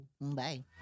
Bye